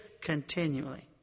continually